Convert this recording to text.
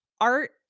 art